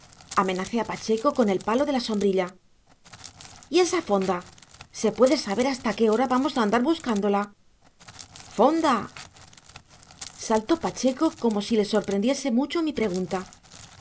amenacé a pacheco con el palo de la sombrilla y esa fonda se puede saber hasta qué hora vamos a andar buscándola fonda saltó pacheco como si le sorprendiese mucho mi pregunta